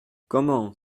comment